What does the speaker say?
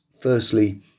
Firstly